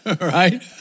Right